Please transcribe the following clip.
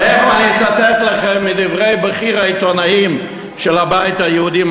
תכף אצטט לכם מדברי בכיר העיתונאים של הבית היהודי,